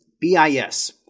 BIS